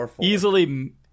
easily